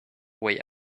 way